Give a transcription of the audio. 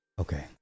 Okay